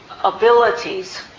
abilities